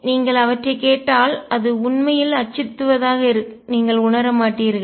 எனவே நீங்கள் அவற்றைக் கேட்டால்இது உண்மையில் அச்சுறுத்துவதாக நீங்கள் உணரமாடீர்கள்